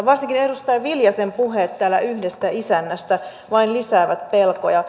varsinkin edustaja viljasen puheet täällä yhdestä isännästä vain lisäävät pelkoja